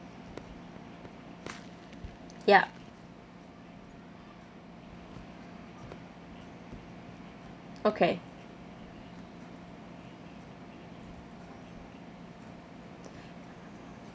yup okay